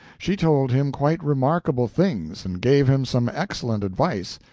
she told him quite remarkable things, and gave him some excellent advice,